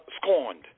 scorned